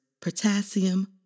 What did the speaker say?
potassium